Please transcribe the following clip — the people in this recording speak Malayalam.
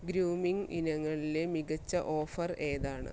ഗ്രൂമിങ് ഇനങ്ങളിലെ മികച്ച ഓഫർ ഏതാണ്